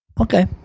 Okay